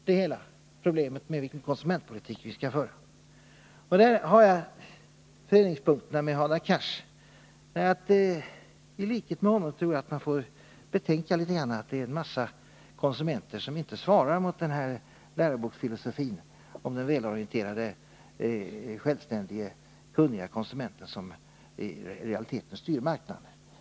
Där har jag vissa föreningspunkter med Hadar Cars. Liksom han tror jag att man får betänka att en massa konsumenter inte svarar mot läroboksfilosofin om den välorienterade, självständige, kunnige konsumenten som i realiteten styr marknaden.